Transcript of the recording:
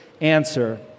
answer